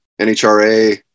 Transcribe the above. nhra